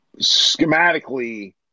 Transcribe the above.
Schematically